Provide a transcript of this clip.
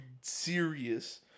serious